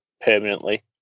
permanently